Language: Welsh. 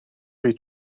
wyt